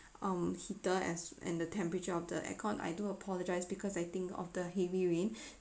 um heater as and the temperature of the aircon I do apologise because I think of the heavy rain